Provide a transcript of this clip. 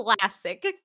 classic